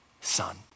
son